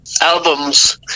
albums